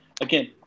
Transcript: again